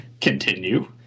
Continue